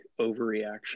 overreaction